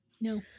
no